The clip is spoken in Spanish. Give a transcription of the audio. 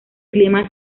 clima